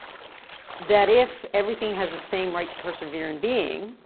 that if everything has the same right to persevere and being,